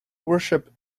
worship